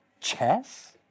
chess